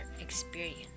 experience